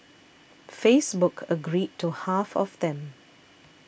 Facebook agreed to half of them